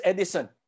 Edison